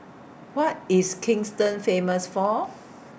What IS Kingston Famous For